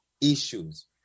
issues